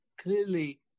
clearly